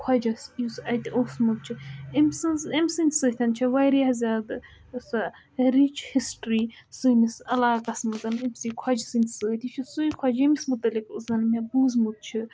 خۄجَس یُس اَتہِ اوسمُت چھُ أمۍ سٕنٛز أمۍ سٕنٛدۍ سۭتۍ چھِ واریاہ زیادٕ سۄ رِچ ہِسٹرٛی سٲنِس علاقَس منٛز أمۍسٕے خۄجہِ سٕنٛدۍ سۭتۍ یہِ چھُ سُے خۄجہِ ییٚمِس مُتعلِق اوس زَن مےٚ بوٗزمُت چھُ